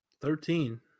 Thirteen